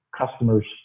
customers